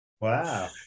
Wow